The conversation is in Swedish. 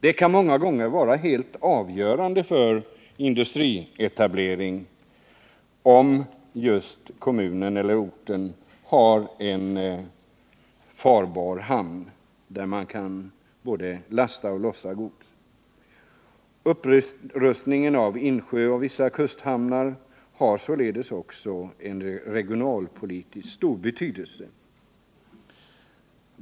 Det kan många gånger vara helt avgörande för industrietablering, om en kommun eller ort har en farbar hamn där man kan både lossa och lasta gods. En upprustning av insjöhamnar och vissa kusthamnar har således också regionalpolitiskt en stor betydelse.